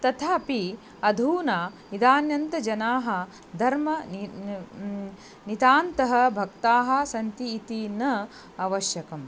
तथापि अधुना इदानीन्तनजनाः धर्मः नितान्तः भक्ताः सन्ति इति न अवश्यकम्